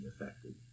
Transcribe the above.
affected